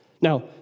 Now